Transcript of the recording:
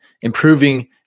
improving